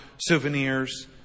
souvenirs